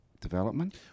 development